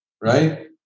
right